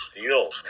deal